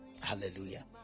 Hallelujah